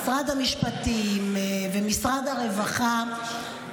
עם משרד המשפטים ועם משרד הרווחה,